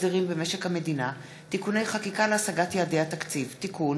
הסדרים במשק המדינה (תיקוני חקיקה להשגת יעדי התקציב) (תיקון,